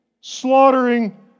slaughtering